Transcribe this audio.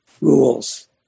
rules